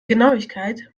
genauigkeit